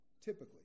typically